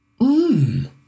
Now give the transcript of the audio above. Mmm